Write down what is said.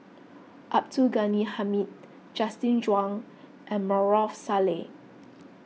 Abdul Ghani Hamid Justin Zhuang and Maarof Salleh